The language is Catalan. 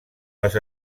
les